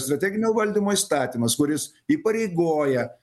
strateginio valdymo įstatymas kuris įpareigoja